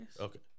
Okay